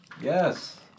Yes